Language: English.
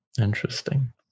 Interesting